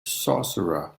sorcerer